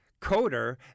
coder